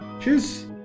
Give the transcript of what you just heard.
Cheers